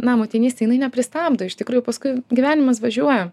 na motinystė jinai nepristabdo iš tikrųjų paskui gyvenimas važiuoja